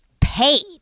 paid